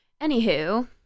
anywho